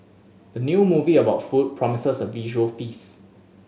the new movie about food promises a visual feast